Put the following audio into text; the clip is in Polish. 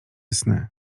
sny